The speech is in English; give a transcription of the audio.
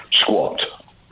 Squat